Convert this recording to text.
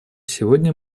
сегодня